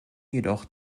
jedoch